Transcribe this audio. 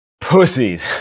pussies